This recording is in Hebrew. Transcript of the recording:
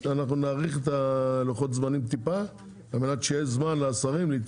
אנחנו נאריך את לוחות הזמנים טיפה על מנת שיהיה זמן לשרים.